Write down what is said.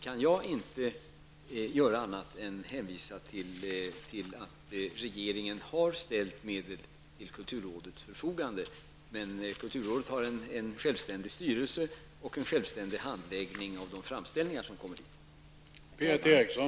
Jag kan inte göra annat än hänvisa till att regeringen har ställt medel till kulturrådets förfogande. Kulturrådet har en självständig styrelse och en självständig handläggning av de framställningar som kommer in.